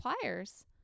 pliers